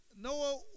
Noah